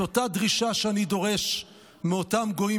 את אותה דרישה שאני דורש מאותם גויים